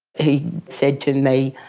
he said to me,